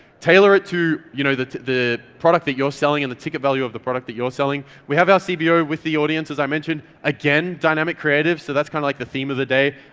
tailor it to you know the the product that you're selling and the ticket value of the product that you're selling. we have our cbo with the audience as i mentioned. again dynamic creatives, so that's kind of like the theme of the day,